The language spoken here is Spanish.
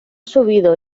sido